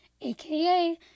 aka